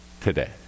today